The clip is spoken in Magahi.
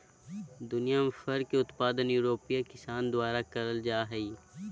दुनियां में फर के उत्पादन यूरोपियन किसान के द्वारा करल जा हई